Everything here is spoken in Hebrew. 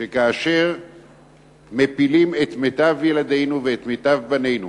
שכאשר מפילים את מיטב ילדינו ואת מיטב בנינו